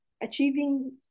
achieving